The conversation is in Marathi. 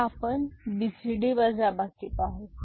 आता आपण बीसीडी वजाबाकी पाहू